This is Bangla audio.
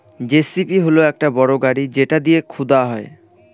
যেসিবি হল একটা বড় গাড়ি যেটা দিয়ে খুদা হয়